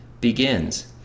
begins